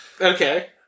Okay